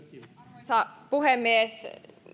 arvoisa puhemies